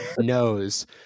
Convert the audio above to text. knows